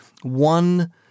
one